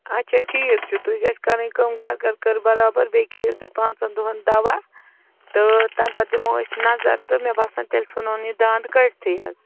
اَچھا ٹھیٖک چھُ تُہۍ گژھِ کَرٕنۍ کٲم گَر گَر کَر بَرابَر بیٚیہِ کھیٚیِو تُہۍ پانٛژَن دۄہَن دَوا تہٕ تَمۍ پَتہٕ دِمو أسۍ نظر تہٕ مےٚ باسان تیٚلہِ ژھٕنون یہِ دنٛد کٔڑۍتھٕے حظ